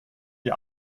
die